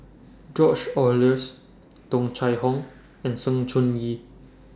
George Oehlers Tung Chye Hong and Sng Choon Yee